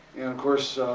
course